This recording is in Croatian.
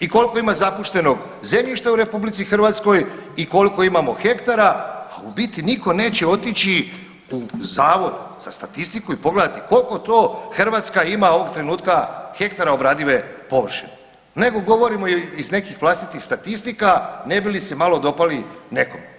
i koliko ima zapuštenog zemljišta u Republici Hrvatskoj i koliko imamo hektara, a u biti nitko neće otići u Zavod za statistiku i pogledati koliko to Hrvatska ima ovog trenutka hektara obradive površine, nego govorimo iz nekih vlastitih statistika ne bi li se malo dopali nekome.